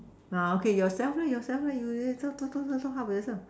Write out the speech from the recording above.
okay yourself yourself your talk talk talk talk how about yourself